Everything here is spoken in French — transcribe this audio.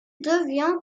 devient